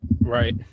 right